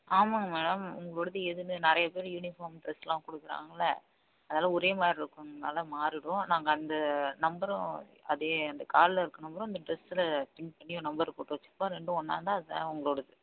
ஆமாம்ங்க மேடம் உங்களோடது எதுன்னு நிறையா பேர் யூனிஃபார்ம் தைக்கிறோம் கொடுக்குறாங்களே அதெல்லாம் ஒரே மாதிரி இருக்குங்கனால மாறிவிடும் நாங்கள் அந்த நம்பரும் அதே அந்த கார்ட்டில் இருக்கிற நம்பரும் இந்த ட்ரெஸில் பின் பண்ணி ஒரு நம்பர் போட்டு வச்சுருப்போம் ரெண்டும் ஒன்னாக இருந்தால் அது தான் உங்களோடது